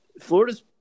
Florida's